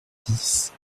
dix